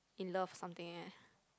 in love something eh